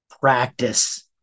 practice